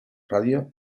radio